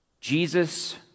Jesus